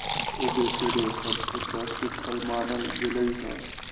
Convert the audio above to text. avocado सबसे पौष्टिक फल मानल गेलई ह